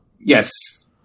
Yes